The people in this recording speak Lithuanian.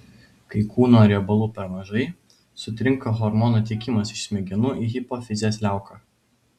kai kūno riebalų per mažai sutrinka hormonų tiekimas iš smegenų į hipofizės liauką